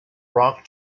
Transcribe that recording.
rock